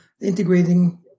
integrating